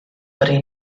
yrru